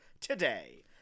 today